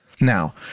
Now